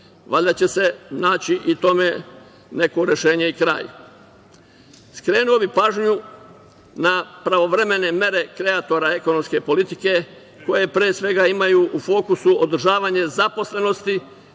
Valjda će se naći i tome neko rešenje i kraj. Skrenuo bih pažnju na pravovremene mere kreatora ekonomske politike, koje pre svega imaju u fokusu održavanje zaposlenosti